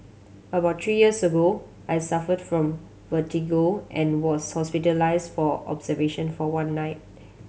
about three years ago I suffered from vertigo and was hospitalised for observation for one night